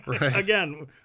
Again